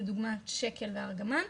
לדוגמא שקל וארגמן,